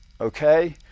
okay